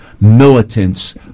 militants